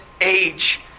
age